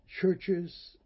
churches